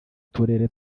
turere